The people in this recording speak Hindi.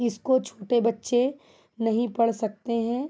इसको छोटे बच्चे नही पढ़ सकते हैं